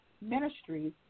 Ministries